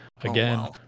Again